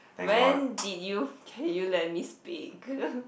when did you can you let me speak